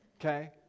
okay